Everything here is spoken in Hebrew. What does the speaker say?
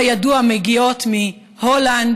כידוע, מגיעות מהולנד,